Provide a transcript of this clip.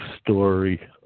story